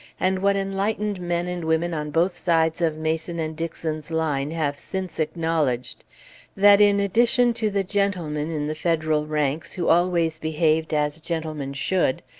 and what enlightened men and women on both sides of mason and dixon's line have since acknowledged that in addition to the gentlemen in the federal ranks who always behaved as gentlemen should,